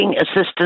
assistance